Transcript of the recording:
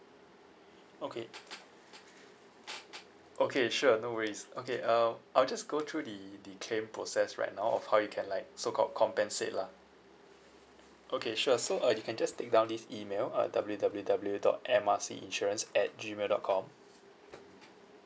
okay okay sure no worries okay uh I'll just go through the the claim process right now of how you can like so called compensate lah okay sure so uh you can just take down this email uh W W W dot M R C insurance at G mail dot com